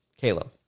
Caleb